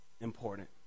important